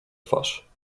twarz